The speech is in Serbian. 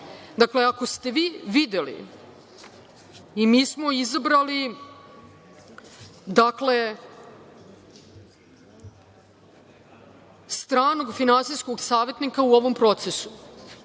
banke“, ako ste vi videli i mi smo izabrali stranog finansijskog savetnika u ovom procesu.